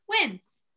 wins